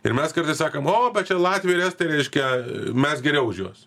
ir mes kartais sakom o bet čia latviai ir estai reiškia mes geriau už juos